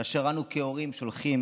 כאשר אנו כהורים שולחים